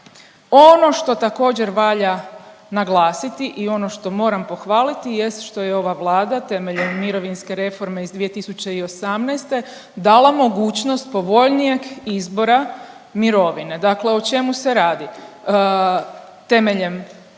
Ono što također valja naglasiti i ono što moram pohvaliti jest što je ova Vlada temeljem mirovinske reforme iz 2018. dala mogućnost povoljnijeg izbora mirovine, dakle o čemu se radi? Temeljem te odredbe